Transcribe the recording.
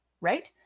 right